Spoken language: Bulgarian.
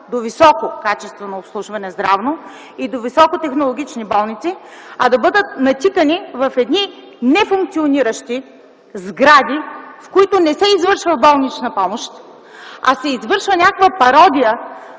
до висококачествено здравно обслужване и до високотехнологични болници, а да бъдат натикани в едни нефункциониращи сгради, в които не се извършва болнична помощ, а се извършва някаква пародия,